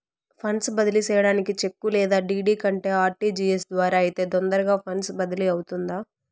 funds బదిలీ సేయడానికి cheque లేదా డీ.డీ కంటే ఆర్.టి.జి.ఎస్ ద్వారా అయితే తొందరగా ఫండ్స్ బదిలీ అవుతుందా